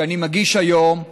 שאני מגיש היום,